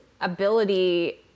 ability